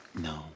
No